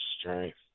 strength